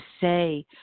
say